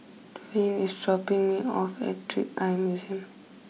Dewayne is dropping me off at Trick Eye Museum